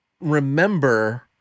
remember